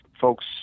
folks